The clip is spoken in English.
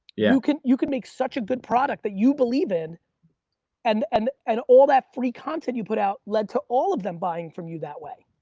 you could you could make such a good product that you believe in and and and all that free content you put out led to all of them buying from you that way.